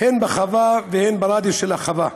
הן בחווה והן ברדיוס של החווה,